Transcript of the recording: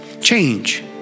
Change